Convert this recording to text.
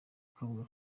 kabuga